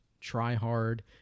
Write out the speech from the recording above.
try-hard